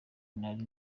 nari